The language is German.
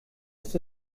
ist